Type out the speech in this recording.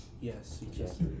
Yes